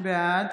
בעד